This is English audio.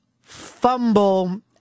fumble